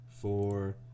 four